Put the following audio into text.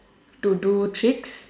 to do tricks